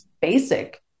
basic